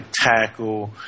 tackle